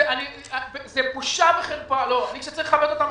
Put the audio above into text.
כשאני צריך לכבד אותם,